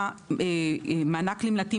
היה מענק נמלטים,